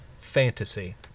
fantasy